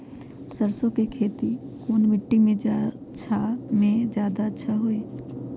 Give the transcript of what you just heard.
सरसो के खेती कौन मिट्टी मे अच्छा मे जादा अच्छा होइ?